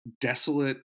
desolate